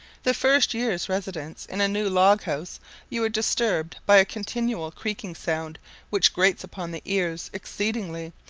the first year's residence in a new log-house you are disturbed by a continual creaking sound which grates upon the ears exceedingly,